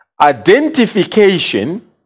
Identification